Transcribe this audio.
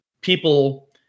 people